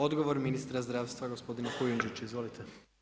Odgovor ministra zdravstva gospodin Kujundžić, izvolite.